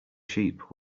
sheep